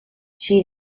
she